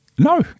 No